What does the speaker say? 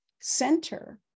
center